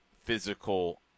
physical